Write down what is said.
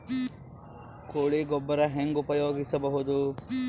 ಕೊಳಿ ಗೊಬ್ಬರ ಹೆಂಗ್ ಉಪಯೋಗಸಬಹುದು?